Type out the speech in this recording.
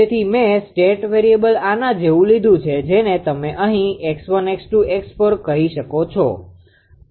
તેથી મેં state variable આના જેવું લીધું છે જેને તમે અહીં 𝑥1 𝑥2 𝑥3 𝑥4 કહો છો